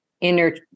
inner